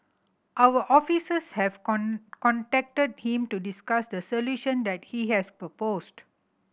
our officers have contacted him to discuss the solution that he has proposed